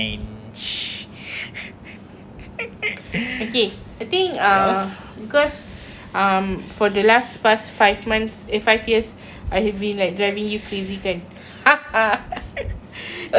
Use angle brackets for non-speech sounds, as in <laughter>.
okay I think uh because um for the last past five months eh five years I have been like driving you crazy kan <laughs> okay the thing is that um